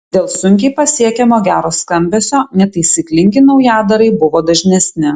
dėl sunkiai pasiekiamo gero skambesio netaisyklingi naujadarai buvo dažnesni